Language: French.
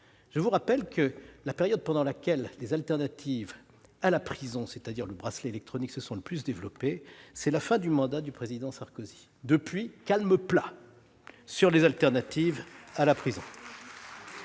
vous rappeler que la période durant laquelle les alternatives à la prison- c'est-à-dire le bracelet électronique -se sont le plus développées, c'est la fin du mandat du Président Sarkozy ? Depuis, calme plat ! Cependant, il ne